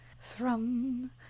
Thrum